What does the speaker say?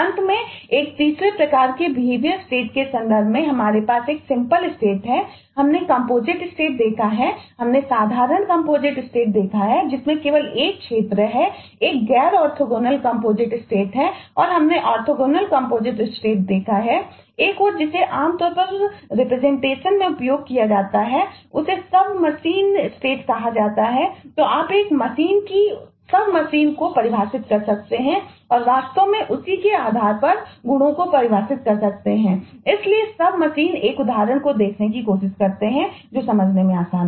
अंत में एक तीसरे प्रकार के बिहेवियर स्टेट एक उदाहरण को देखने की कोशिश करते हैं जो समझने में आसान है